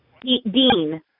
Dean